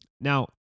Now